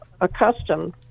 accustomed